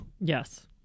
yes